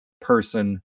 person